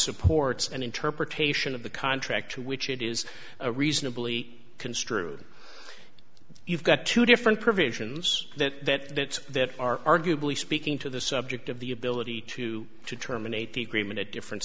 supports an interpretation of the contract to which it is a reasonably construed you've got two different provisions that are arguably speaking to the subject of the ability to to terminate the agreement at different